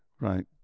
right